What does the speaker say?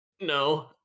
No